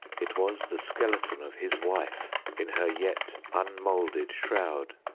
it was the skeleton of his wife in her yet unmoulded shroud.